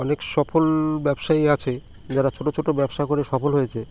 অনেক সফল ব্যবসায়ী আছে যারা ছোট ছোট ব্যবসা করে সফল হয়েছে